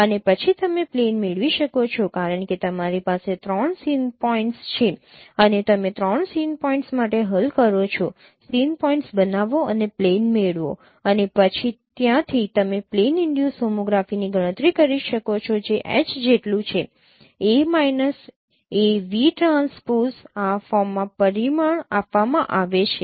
અને પછી તમે પ્લેન મેળવી શકો છો કારણ કે તમારી પાસે 3 સીન પોઇન્ટ્સ છે અને તમે 3 સીન પોઇન્ટ્સ માટે હલ કરો છો સીન પોઇન્ટ્સ બનાવો અને પ્લેન મેળવો અને પછી ત્યાંથી તમે પ્લેન ઈનડ્યુસ હોમોગ્રાફીની ગણતરી કરી શકો છો જે H જેટલું છે A minus a v transpose આ ફોર્મમાં પરિમાણ આપવામાં આવે છે